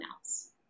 else